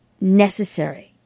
necessary